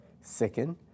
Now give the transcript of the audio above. Second